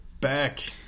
back